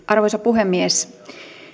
arvoisa puhemies